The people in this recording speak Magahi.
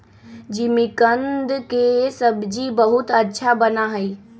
जिमीकंद के सब्जी बहुत अच्छा बना हई